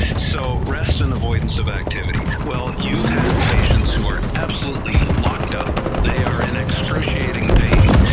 so rest and avoidance of activity, well you've had patients who are absolutely locked up, they are in excruciating pain,